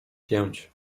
pięć